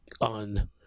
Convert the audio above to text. on